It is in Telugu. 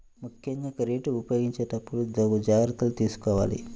ముక్కెంగా క్రెడిట్ ఉపయోగించేటప్పుడు తగు జాగర్తలు తీసుకోవాలి